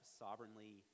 sovereignly